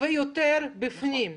ויותר בפנים.